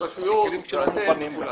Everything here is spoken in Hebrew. הרשויות ואתם וכולנו.